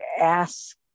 ask